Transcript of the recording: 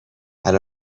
اگه